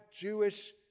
Jewish